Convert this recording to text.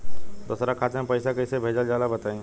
दोसरा खाता में पईसा कइसे भेजल जाला बताई?